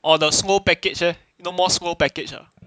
or the slow package ah no more slow package ah